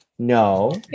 No